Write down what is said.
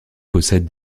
possède